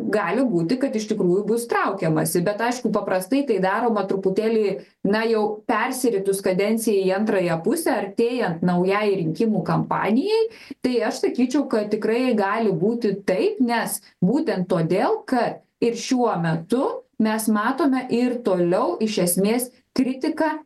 gali būti kad iš tikrųjų bus traukiamasi bet aišku paprastai tai daroma truputėlį na jau persiritus kadenciją į antrąją pusę artėjant naujai rinkimų kampanijai tai aš sakyčiau kad tikrai gali būti taip nes būtent todėl kad ir šiuo metu mes matome ir toliau iš esmės kritiką